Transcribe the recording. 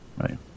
Right